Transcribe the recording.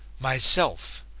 myself!